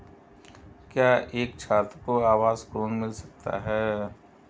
क्या एक छात्र को आवास ऋण मिल सकता है?